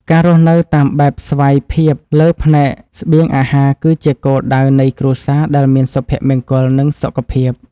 ការរស់នៅតាមបែបស្វ័យភាពលើផ្នែកស្បៀងអាហារគឺជាគោលដៅនៃគ្រួសារដែលមានសុភមង្គល និងសុខភាព។